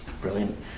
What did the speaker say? Brilliant